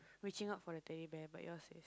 reaching out for the Teddy Bear but yours is